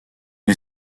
est